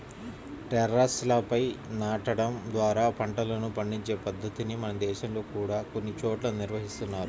టెర్రస్లపై నాటడం ద్వారా పంటలను పండించే పద్ధతిని మన దేశంలో కూడా కొన్ని చోట్ల నిర్వహిస్తున్నారు